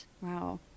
Wow